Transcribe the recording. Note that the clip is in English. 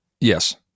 Yes